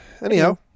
anyhow